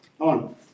on